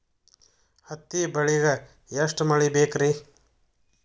ಹತ್ತಿ ಬೆಳಿಗ ಎಷ್ಟ ಮಳಿ ಬೇಕ್ ರಿ?